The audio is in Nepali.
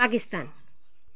पाकिस्तान